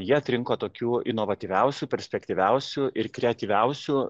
jie atrinko tokių inovatyviausių perspektyviausių ir kreatyviausių